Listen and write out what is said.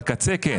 בקצה כן.